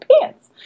pants